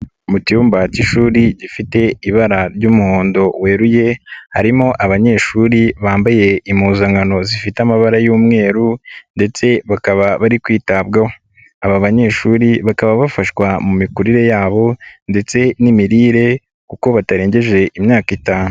Mu cyumba k'ishuri gifite ibara ry'umuhondo weruye harimo abanyeshuri bambaye impuzankano zifite amabara y'umweru ndetse bakaba bari kwitabwaho, aba banyeshuri bakaba bafashwa mu mikurire yabo ndetse n'imirire kuko batarengeje imyaka itanu.